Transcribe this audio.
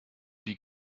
die